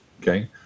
Okay